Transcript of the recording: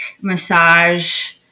massage